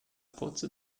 pozzo